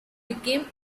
became